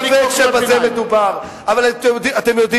לא, לא,